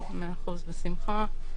מאה אחוז, בשמחה.